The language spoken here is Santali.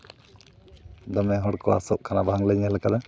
ᱫᱚᱢᱮ ᱦᱚᱲ ᱠᱚ ᱟᱥᱚᱜ ᱠᱟᱱᱟ ᱵᱟᱝᱞᱮ ᱧᱮᱞᱟᱠᱟᱫᱟ